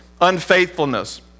unfaithfulness